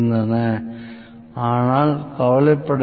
பல்வேறு பயன்பாடுகளைப் பற்றி நாங்கள் ஒரு வினாடி வினா வைப்போம்